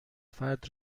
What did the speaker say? فرد